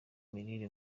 mirire